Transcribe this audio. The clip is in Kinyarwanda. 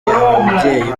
ababyeyi